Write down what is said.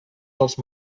dels